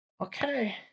okay